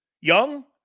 Young